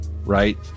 right